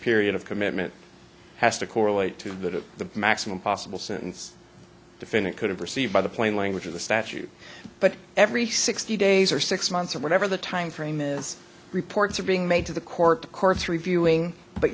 period of commitment has to correlate to that of the maximum possible sentence defendant could have received by the plain language of the statute but every sixty days or six months or whatever the timeframe is reports are being made to the court the court's reviewing but